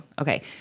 Okay